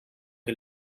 que